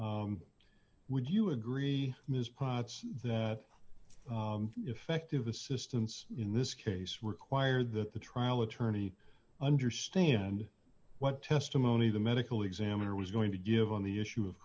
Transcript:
right would you agree ms potts that effective assistance in this case required that the trial attorney understand what testimony the medical examiner was going to give on the issue of